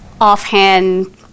offhand